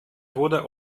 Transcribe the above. wurde